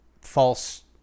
false